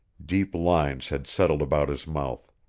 deep lines had settled about his mouth.